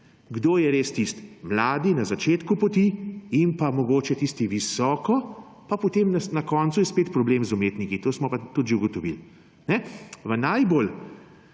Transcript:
kdo je res tisti: mladi na začetku poti in pa mogoče tisti visoko …, pa potem na koncu je spet problem z umetniki. To smo pa tudi že ugotovili.